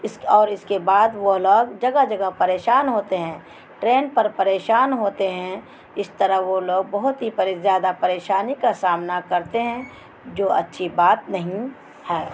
اس اور اس کے بعد وہ لوگ جگہ جگہ پریشان ہوتے ہیں ٹرین پر پریشان ہوتے ہیں اس طرح وہ لوگ بہت ہی زیادہ پریشانی کا سامنا کرتے ہیں جو اچھی بات نہیں ہے